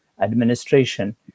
administration